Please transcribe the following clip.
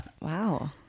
Wow